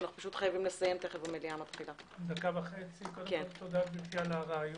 תודה, גברתי, על הרעיון,